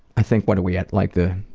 i think what are we at, like the